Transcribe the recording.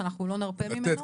שאנחנו לא נרפה ממנו.